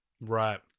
right